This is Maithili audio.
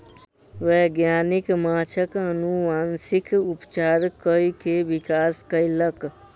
वैज्ञानिक माँछक अनुवांशिक उपचार कय के विकास कयलक